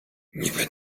niby